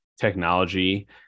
technology